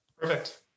Perfect